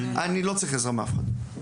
אני לא צריך עזרה מאף אחד.